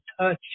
touch